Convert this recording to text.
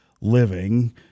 living